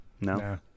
No